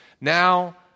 Now